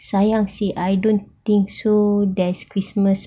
sayang seh I don't think so there's christmas